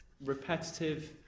repetitive